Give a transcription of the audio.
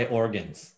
organs